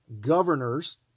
governors